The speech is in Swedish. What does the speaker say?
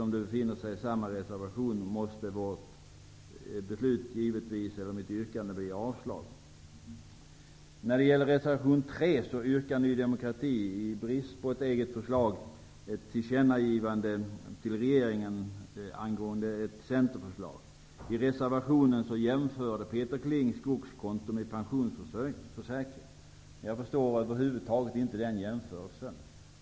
Mitt yrkande blir givetvis avslag på reservationen. I reservation 3 yrkar Ny demokrati, i brist på eget förslag, ett tillkännagivande till regeringen av ett centerförslag. I reservationen jämförs skogskonto med pensionsförsäkring av Peter Kling. Jag förstår över huvud taget inte den jämförelsen.